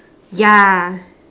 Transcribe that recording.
ya